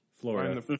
Florida